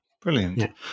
Brilliant